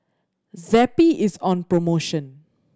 Zappy is on promotion